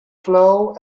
flow